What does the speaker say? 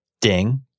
Ding